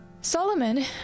Solomon